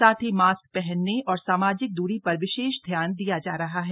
साथ ही मास्क पहनने और सामाजिक दूरी पर विशेष ध्यान दिया जा रहा है